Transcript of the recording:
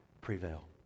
prevail